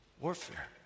warfare